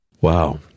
Wow